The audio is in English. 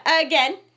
again